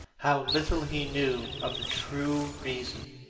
how little he knew of the true reason!